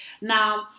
Now